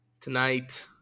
tonight